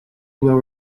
well